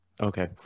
Okay